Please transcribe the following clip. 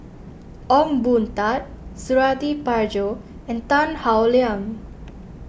Ong Boon Tat Suradi Parjo and Tan Howe Liang